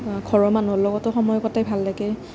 ঘৰৰ মানুহৰ লগতো সময় কটাই ভাল লাগে